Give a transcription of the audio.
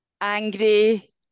angry